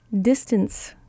distance